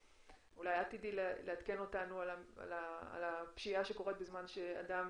אולי את תדעי לעדכן אותנו על הפשיעה שקורית בזמן שאדם